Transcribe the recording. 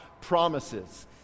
promises